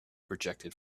projected